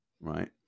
right